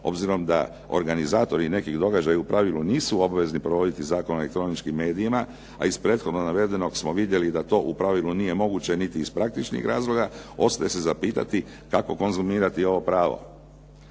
obzirom da organizatori nekih događaja u pravilu nisu provoditi Zakon o elektroničkim medijima, a iz prethodno navedenog smo vidjeli da to u pravilu nije moguće niti iz praktičnih razloga, ostaje se zapitati kako konzumirati ovo pravo?